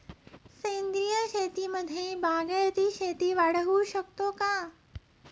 सेंद्रिय शेतीमध्ये बागायती शेती वाढवू शकतो का?